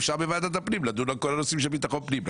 אפשר בוועדת הפנים לדון בכל הנושאים של ביטחון הפנים,